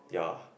ya